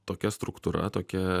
tokia struktūra tokia